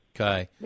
Okay